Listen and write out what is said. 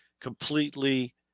completely